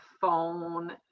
phone